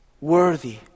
worthy